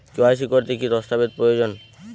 KYC করতে কি দস্তাবেজ প্রয়োজন?